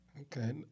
Okay